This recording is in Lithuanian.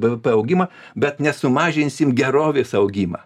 bvp augimą bet nesumažinsim gerovės augimą